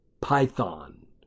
Python